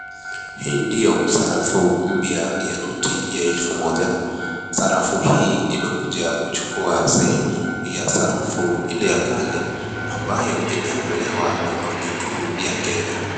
Hii ndio sarafu mpya ya noti ya elfu moja, sarafu hii imekuja kuchukua sehemu ya sarafu Ile ya kale ambayo imeondolewa na banki kuu ya Kenya.